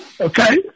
Okay